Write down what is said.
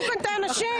ותשחררו כאן את האנשים.